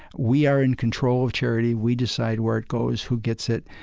we are in control of charity, we decide where it goes, who gets it.